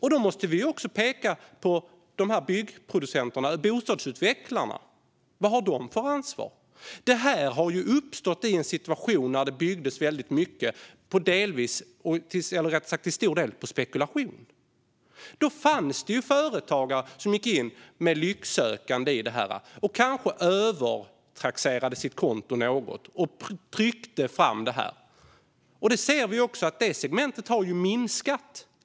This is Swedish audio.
Vi måste också peka på byggproducenterna, bostadsutvecklarna. Vad har de för ansvar? Det här har uppstått i en situation när det byggdes väldigt mycket till stor del på spekulation. Då fanns det företagare som gick in med lycksökande i detta, kanske övertrasserade sitt konto något, och tryckte fram detta. Vi ser också att det segmentet har minskat.